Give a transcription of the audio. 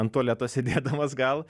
ant tualeto sėdėdamas gal